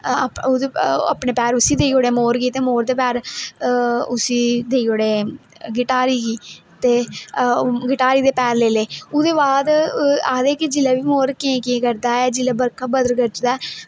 ओहदे अपने पैर उसी देई ओड़े मोर गी ते मोर दे पैर उसी देई ओड़े गिटारी गी ते गिटारी दे पैर लेई लै ओहदे बाद आक्खदे गी जिसलै भी मोर खेंई खेंई करदा ऐ बर्खा बदल गरजदा ऐ